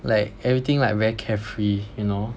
like everything like very carefree you know